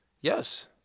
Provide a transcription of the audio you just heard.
Yes